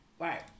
Right